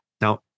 Now